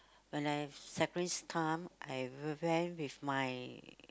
when I am in secondary time I went with my